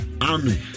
Army